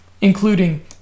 including